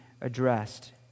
addressed